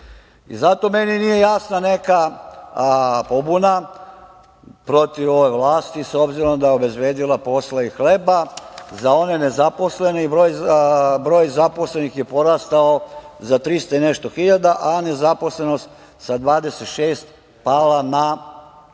meni nije jasna neka pobuna protiv ove vlasti, s obzirom da je obezbedila posao i hleb za one nezaposlene, broj zaposlenih je porastao za 300 i nešto hiljada, a nezaposlenost sa 26% pala na 11%.